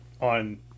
on